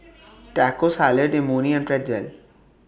Taco Salad Imoni and Pretzel